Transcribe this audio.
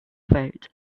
vote